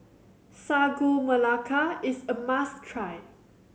Sagu Melaka is a must try